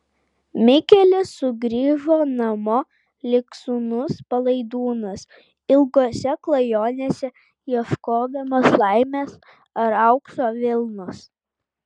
mikelis sugrįžo namo lyg sūnus palaidūnas ilgose klajonėse ieškodamas laimės ar aukso vilnos